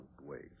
ways